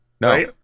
No